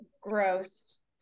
Gross